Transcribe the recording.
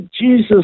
Jesus